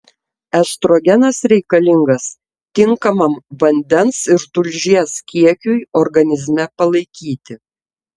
estrogenas reikalingas tinkamam vandens ir tulžies kiekiui organizme palaikyti